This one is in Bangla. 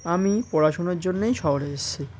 আমি পড়াশুনার জন্যই শহরে এসেছি